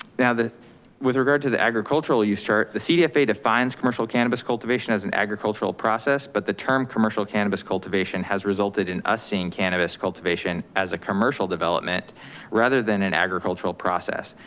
now with regard to the agricultural use chart the cdfa defines commercial cannabis cultivation as an agricultural process but the term commercial cannabis cultivation has resulted in us seeing cannabis cultivation as a commercial development rather than an agricultural process.